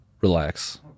Relax